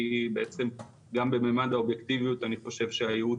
כי בעצם גם הממד האובייקטיביות אני חושב שהייעוץ